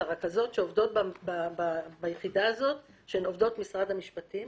הרכזות שעובדות ביחידה זו שהן עובדות משרד המשפטים,